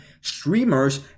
streamers